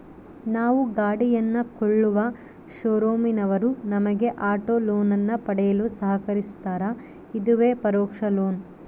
ನಾವು ಗಾಡಿಯನ್ನು ಕೊಳ್ಳುವ ಶೋರೂಮಿನವರು ನಮಗೆ ಆಟೋ ಲೋನನ್ನು ಪಡೆಯಲು ಸಹಕರಿಸ್ತಾರ, ಇದುವೇ ಪರೋಕ್ಷ ಲೋನ್